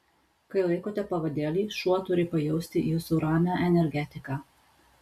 kai laikote pavadėlį šuo turi pajausti jūsų ramią energetiką